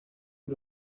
you